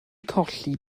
colli